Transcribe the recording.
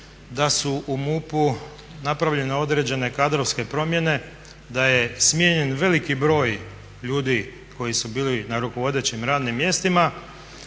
da su u MUP-u napravljene određene kadrovske promjene, da je smijenjen veliki broj ljudi koji su bili na rukovodećim radnim mjestima